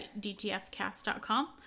DTFcast.com